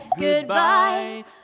goodbye